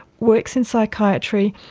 works in psychiatry,